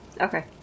Okay